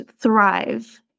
thrive